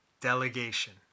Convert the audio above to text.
delegation